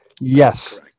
Yes